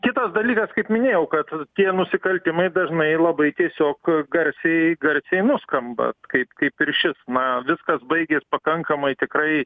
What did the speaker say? kitas dalykas kaip minėjau kad tie nusikaltimai dažnai labai tiesiog garsiai garsiai nuskamba kaip kaip ir šis na viskas baigės pakankamai tikrai